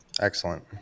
Excellent